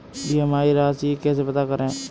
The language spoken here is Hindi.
ई.एम.आई राशि कैसे पता करें?